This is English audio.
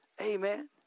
Amen